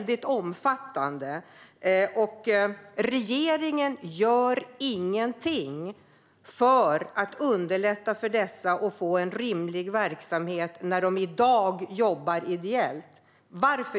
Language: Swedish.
De jobbar ideellt, men regeringen gör inget för att underlätta för dem att få en rimlig verksamhet. Varför?